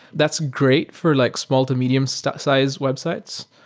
that's great for like small to medium-sized sized websites,